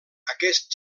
aquest